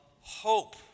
hope